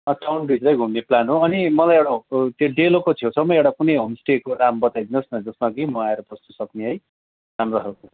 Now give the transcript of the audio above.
टाउनभित्रै घुम्ने प्लान हो अनि मलाई एउटा त्यो डेलोको छेउछाउमै एउटा कुनै होमस्टेको नाम बताइदिनोस् न जसमा कि म आएर बस्नु सक्ने है राम्रो खालको